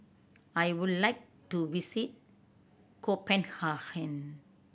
I would like to visit Copenhagen